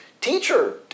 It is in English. teacher